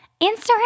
Instagram